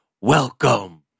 welcome